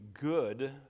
good